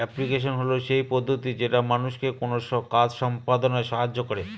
application হল সেই পদ্ধতি যেটা মানুষকে কোনো কাজ সম্পদনায় সাহায্য করে